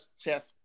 chess